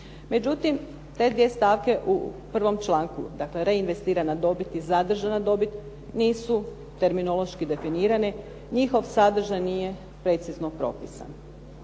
Međutim, te dvije stavke u prvom članku, dakle, reinvestirana dobit i zadržana dobit nisu terminološki definirane, njihov sadržaj nije precizno propisan.